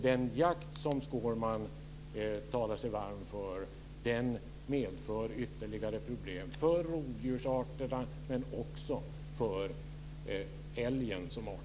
Den jakt som Skårman talar sig varm för medför ytterligare problem för rovdjursarterna, och också för älgen som art.